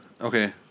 Okay